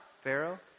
Pharaoh